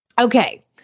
Okay